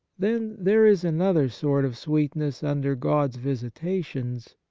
then there is another sort of sweetness under god's visitations,